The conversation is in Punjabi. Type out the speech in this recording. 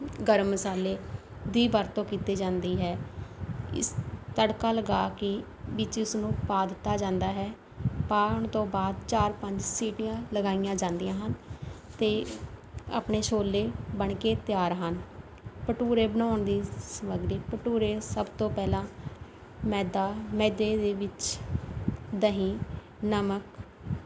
ਗਰਮ ਮਸਾਲੇ ਦੀ ਵਰਤੋਂ ਕੀਤੀ ਜਾਂਦੀ ਹੈ ਇਸ ਤੜਕਾ ਲਗਾ ਕੇ ਵਿੱਚ ਇਸ ਨੂੰ ਪਾ ਦਿੱਤਾ ਜਾਂਦਾ ਹੈ ਪਾਉਣ ਤੋਂ ਬਾਅਦ ਚਾਰ ਪੰਜ ਸੀਟੀਆਂ ਲਗਾਈਆਂ ਜਾਂਦੀਆਂ ਹਨ ਅਤੇ ਆਪਣੇ ਛੋਲੇ ਬਣ ਕੇ ਤਿਆਰ ਹਨ ਭਟੂਰੇ ਬਣਾਉਣ ਦੀ ਸਮੱਗਰੀ ਭਟੂਰੇ ਸਭ ਤੋਂ ਪਹਿਲਾਂ ਮੈਦਾ ਮੈਦੇ ਦੇ ਵਿੱਚ ਦਹੀਂ ਨਮਕ